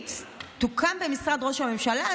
לאומית שתוקם במשרד ראש הממשלה,